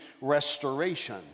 restoration